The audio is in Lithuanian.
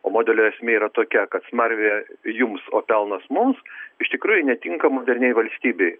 o modelio esmė yra tokia kad smarvė jums o pelnas mums iš tikrųjų netinka moderniai valstybei